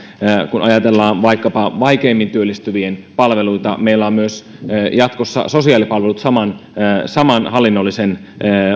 kun ajatellaan vaikkapa vaikeimmin työllistyvien palveluita meillä on myös sosiaalipalvelut saman saman hallinnollisen